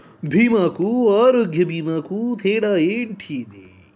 బీమా కు ఆరోగ్య బీమా కు తేడా ఏంటిది?